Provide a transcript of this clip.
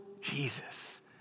Jesus